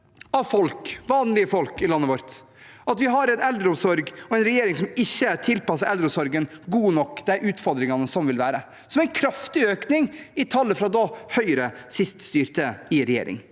av folk, vanlige folk i landet vårt, sier at vi har en regjering som ikke tilpasser eldreomsorgen godt nok til de utfordringene som vil være. Det er en kraftig økning fra da Høyre styrte i regjering.